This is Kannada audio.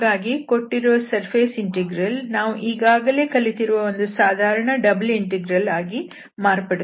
ಹಾಗಾಗಿ ಕೊಟ್ಟಿರುವ ಸರ್ಫೇಸ್ ಇಂಟೆಗ್ರಲ್ ನಾವು ಈಗಾಗಲೇ ಕಲಿತಿರುವ ಒಂದು ಸಾಧಾರಣ ಡಬಲ್ ಇಂಟೆಗ್ರಲ್ ಆಗಿ ಮಾರ್ಪಡುತ್ತದೆ